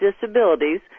Disabilities